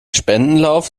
spendenlauf